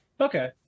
Okay